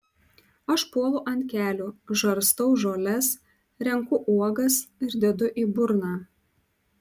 aš puolu ant kelių žarstau žoles renku uogas ir dedu į burną